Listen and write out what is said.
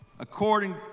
according